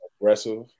aggressive